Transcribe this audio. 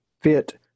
fit